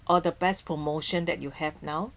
or the best promotion that you have now